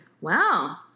Wow